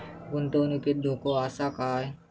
गुंतवणुकीत धोको आसा काय?